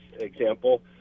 example